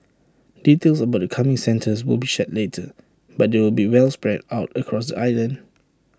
details about the coming centres will be shared later but they will be well spread out across island